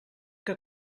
que